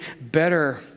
better